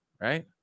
right